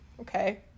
okay